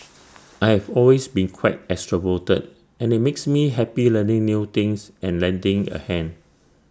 I have always been quite extroverted and IT makes me happy learning new things and lending A hand